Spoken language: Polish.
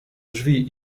drzwi